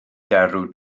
derw